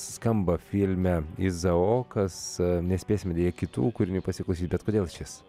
skamba filme izaokas nespėsime deja kitų kūrinių pasiklausyt bet kodėl šis